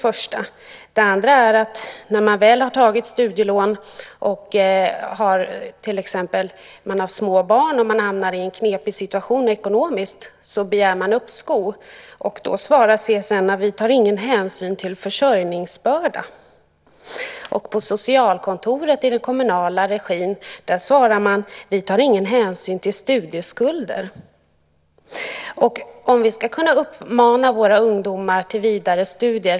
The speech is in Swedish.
För det andra kan den som har tagit studielån och är småbarnsförälder till exempel hamna i en ekonomiskt knepig situation. Begär man då uppskov svarar CSN: Vi tar ingen hänsyn till försörjningsbörda. På socialkontoret i den kommunala regin svarar man: Vi tar ingen hänsyn till studieskulder. Hur ska vi under sådana förhållanden kunna uppmana våra ungdomar till vidare studier?